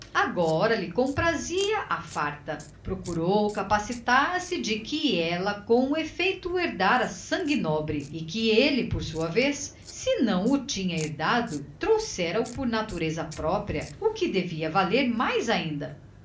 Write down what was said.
agora lhe comprazia à farta procurou capacitar se de que ela com efeito herdara sangue nobre que ele por sua vez se não o tinha herdado trouxera o por natureza própria o que devia valer mais ainda